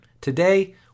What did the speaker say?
today